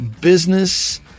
business